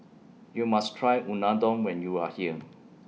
YOU must Try Unadon when YOU Are here